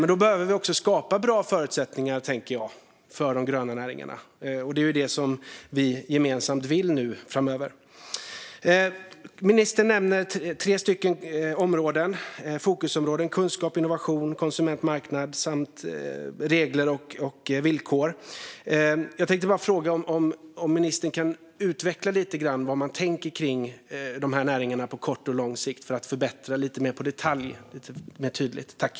Då behöver vi skapa bra förutsättningar för de gröna näringarna, tänker jag. Och det är det som vi gemensamt vill framöver. Ministern nämner tre fokusområden: kunskap och innovation, konsument och marknad samt regler och villkor. Kan ministern utveckla lite mer i detalj hur man tänker om att förbättra för de här näringarna på kort och lång sikt?